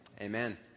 Amen